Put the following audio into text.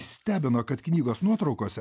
stebino kad knygos nuotraukose